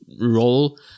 role